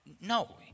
No